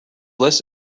less